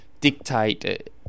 dictate